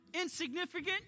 insignificant